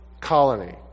colony